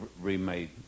remade